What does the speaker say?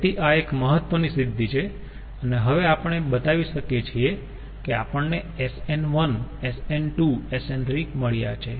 તેથી આ એક મહત્વની સિધ્ધિ છે અને હવે આપણે બતાવી શકીયે છીએ કે આપણને SN1 SN2 SN3 મળ્યા છે